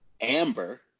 Amber